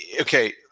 okay